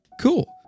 cool